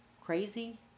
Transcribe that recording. crazy